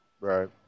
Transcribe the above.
Right